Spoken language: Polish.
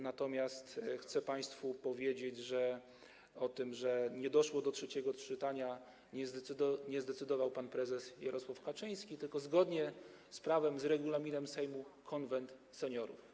Natomiast chcę państwu powiedzieć, że o tym, że nie doszło do trzeciego czytania, zdecydował nie pan prezes Jarosław Kaczyński, tylko zgodnie z prawem, z regulaminem Sejmu Konwent Seniorów.